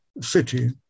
city